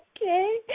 okay